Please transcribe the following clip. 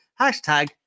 Hashtag